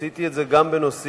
עשיתי את זה גם בנושאים